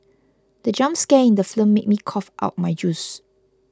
the jump scare in the slim made me cough out my juice